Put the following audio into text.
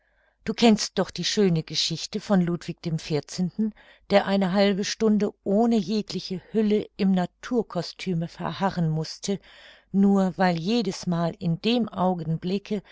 du kennst doch die schöne geschichte von ludwig xiv der eine halbe stunde ohne jegliche hülle im naturkostüme verharren mußte nur weil jedesmal in dem augenblicke